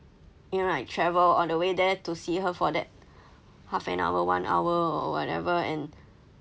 you know I travel all the way there to see her for that half an hour one hour or whatever and